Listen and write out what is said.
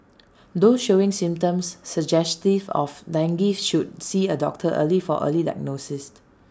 those showing symptoms suggestive of dengue should see A doctor early for early diagnosis